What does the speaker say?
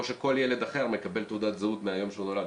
שכל ילד אחר מקבל תעודת זהות מהיום שהוא נולד,